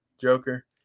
Joker